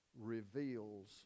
reveals